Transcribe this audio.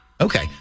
Okay